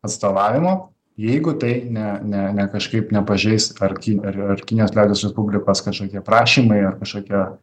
atstovavimo jeigu tai ne ne ne kažkaip nepažeis ar ki ar ar kinijos liaudies respublikos kažkokie prašymai ar kažkokie